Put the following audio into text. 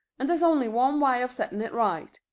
and there's only one way of setting it right.